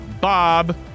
Bob